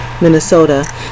Minnesota